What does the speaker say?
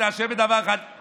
אתה אשם בדבר אחד,